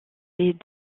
fait